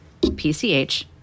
PCH